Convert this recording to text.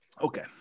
okay